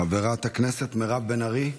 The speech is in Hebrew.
חברת הכנסת מירב בן ארי.